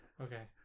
Okay